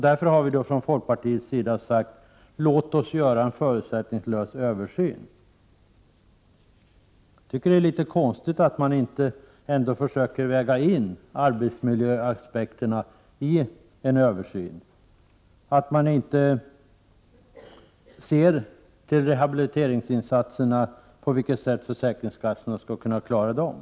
Därför har vi från folkpartiets sida begärt att man skall göra en förutsättningslös översyn. Det är litet konstigt att man inte försöker väga in arbetsmiljöaspekterna i en översyn och att man inte ser till rehabiliteringsinsatserna. På vilket sätt skall försäkringskassorna klara av dem?